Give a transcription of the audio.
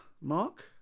Mark